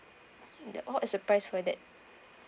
what is the price for that